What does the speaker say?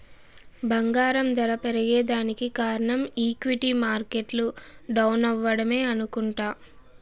బంగారం దర పెరగేదానికి కారనం ఈక్విటీ మార్కెట్లు డౌనవ్వడమే అనుకుంట